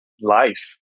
life